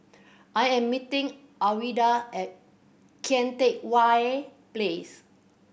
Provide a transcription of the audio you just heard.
I am meeting Alwilda at Kian Teck Way place